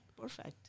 Perfect